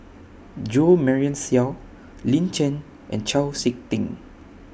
Jo Marion Seow Lin Chen and Chau Sik Ting